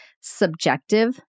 subjective